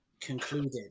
concluded